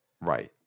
Right